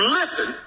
listen